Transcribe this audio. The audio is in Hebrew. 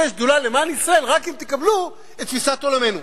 שדולה למען ישראל רק אם תקבלו את תפיסת עולמנו.